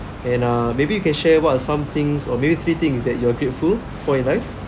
and uh maybe you can share what are some things or maybe three things that you are grateful for your life